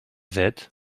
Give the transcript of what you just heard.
that